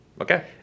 Okay